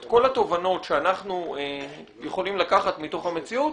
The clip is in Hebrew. את כל התובנות שאנחנו יכולים לקחת מתוך המציאות,